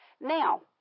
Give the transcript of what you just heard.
Now